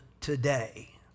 today